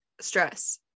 stress